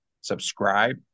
subscribe